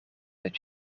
dit